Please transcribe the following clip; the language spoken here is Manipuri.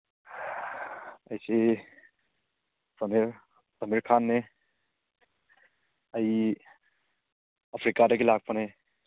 ꯑꯩꯁꯤ ꯑꯃꯤꯔ ꯑꯃꯤꯔ ꯈꯥꯟꯅꯤ ꯑꯩ ꯑꯐ꯭ꯔꯤꯀꯥꯗꯒꯤ ꯂꯥꯛꯄꯅꯤ